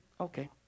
Okay